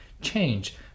change